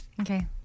Okay